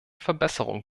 verbesserung